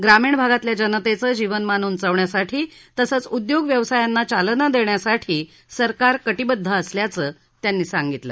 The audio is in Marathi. ग्रामीण भागातल्या जनतेचं जीवनमान उंचावण्यासाठी तसंच उद्योग व्यवसायांना चालना देण्यासाठी सरकार कटिबद्ध असल्याचं त्यांनी सांगितलं